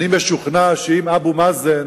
אני משוכנע שאם אבו מאזן